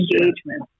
engagement